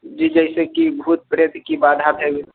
जी जाहि से कि भूत प्रेत की बाधा भऽ गेलै